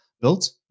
Built